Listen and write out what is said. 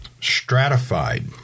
stratified